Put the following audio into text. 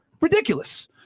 Ridiculous